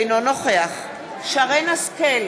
אינו נוכח שרן השכל,